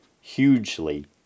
hugely